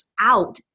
out